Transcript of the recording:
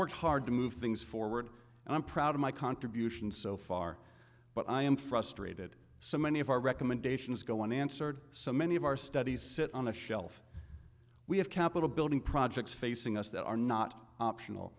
work hard to move things forward and i'm proud of my contributions so far but i am frustrated so many of our recommendations go unanswered so many of our studies sit on a shelf we have capitol building projects facing us that are not optional